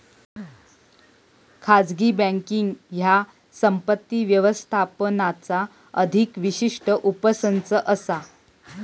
खाजगी बँकींग ह्या संपत्ती व्यवस्थापनाचा अधिक विशिष्ट उपसंच असा